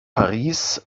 paris